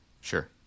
Sure